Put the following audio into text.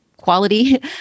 Quality